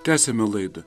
tęsiame laidą